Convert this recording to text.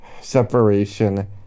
separation